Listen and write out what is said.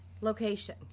Location